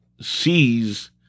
sees